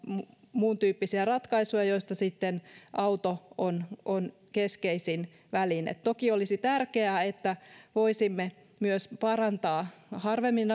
muuntyyppisiä ratkaisuja joista sitten auto on on keskeisin väline toki olisi tärkeää että voisimme myös parantaa harvemmin